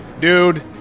dude